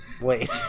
Wait